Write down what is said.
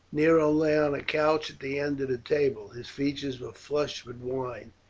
nero lay on a couch at the end of the table his features were flushed with wine.